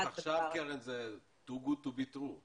אני